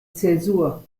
zäsur